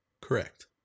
correct